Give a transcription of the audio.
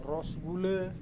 ᱨᱚᱥᱜᱩᱞᱞᱟᱹ